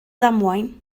ddamwain